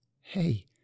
Hey